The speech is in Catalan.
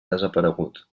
desaparegut